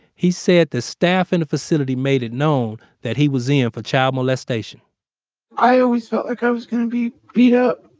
he said the staff in the facility made it known that he was in for child molestation i always felt like i was going to be beat up,